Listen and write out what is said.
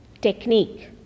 technique